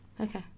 Okay